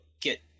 get